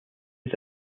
was